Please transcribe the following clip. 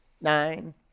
nine